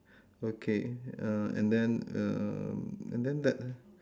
okay uh and then um and then that